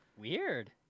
Weird